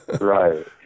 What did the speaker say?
Right